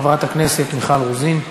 חברת הכנסת מיכל רוזין,